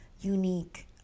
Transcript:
unique